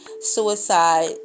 suicide